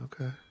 Okay